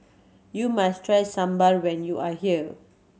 you must try Sambar when you are here